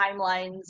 timelines